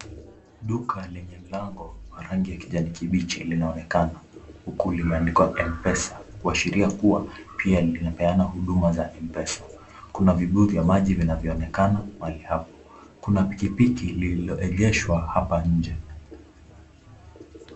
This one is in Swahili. Duka lenye mlango wa kijani kibichi linaonekana huku limeandikwa mpesa kuashiria kuwa pia linapeana huduma za mpesa kuna vibuyu vya maji vinavyoonekana mahali hapa. Kuna pikipiki lililoegeshwa hapa nje.